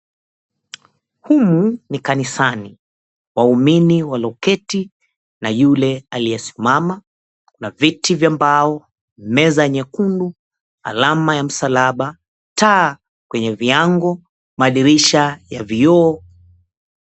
Humu ni kanisani, waumini walioketi na yule aliyesimama. Kuna viti vya mbao, meza nyekundu, alama ya msalaba, taa kwenye viango, madirisha ya vioo.